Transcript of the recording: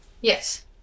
Yes